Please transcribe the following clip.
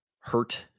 hurt